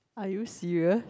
are you serious